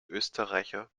österreicher